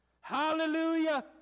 Hallelujah